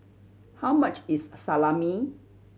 how much is Salami